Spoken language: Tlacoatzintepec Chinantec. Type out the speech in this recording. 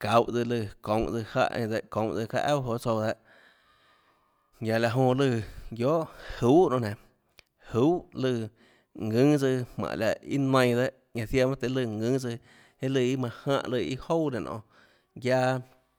çauhå tsøã lùã çounhå tsøã jáhã eínã dehâ çonhå tsøã çaâ auà joê tsouã ñanã laå jonã lùã duiohà juhà nonê nénå juhà lùã ðùnâ tsøã jmánhå láhå iã nainã dehâ ñanã ziaã mønâ tøhê lùã ðùnâ tsøã iâ lùã iâ manã jánhã iâ lùã iâ jouà nenã nonê guiaâ